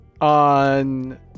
on